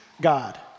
God